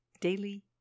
Daily